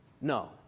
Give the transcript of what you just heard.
No